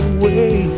away